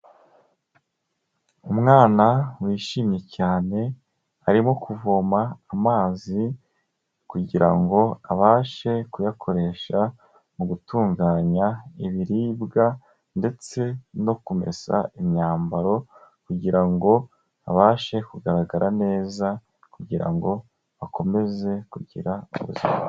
Umwana wishimye cyane arimo kuvoma amazi kugira ngo abashe kuyakoresha mu gutunganya ibiribwa ndetse no kumesa imyambaro kugira ngo abashe kugaragara neza kugira ngo akomeze kugira ubuzima.